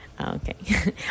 Okay